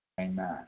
amen